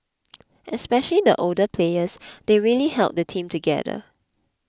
especially the older players they really held the team together